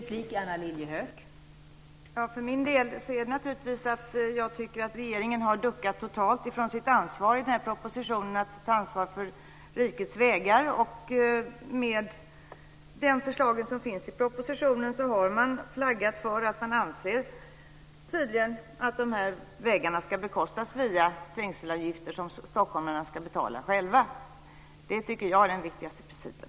Fru talman! För min del är det naturligtvis att jag tycker att regeringen har duckat totalt från sitt ansvar i propositionen att ta ansvar för rikets vägar. Med de förslag som finns i propositionen har man flaggat för att man tydligen anser att vägarna ska bekostas via trängselavgifter som stockholmarna ska betala själva. Det tycker jag är den viktigaste principen.